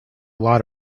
lot